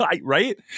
right